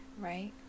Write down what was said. Right